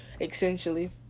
essentially